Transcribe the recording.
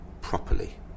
properly